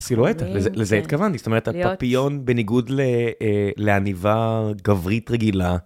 סילואטה, לזה התכוונתי, זאת אומרת הפאפיון בניגוד לעניבה גברית רגילה.